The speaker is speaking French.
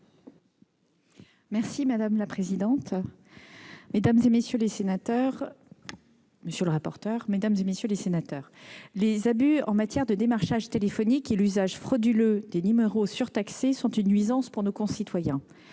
est à Mme la secrétaire d'État. Madame la présidente, monsieur le rapporteur, mesdames, messieurs les sénateurs, les abus en matière de démarchage téléphonique et l'usage frauduleux des numéros surtaxés sont une nuisance pour nos concitoyens.